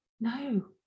no